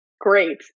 Great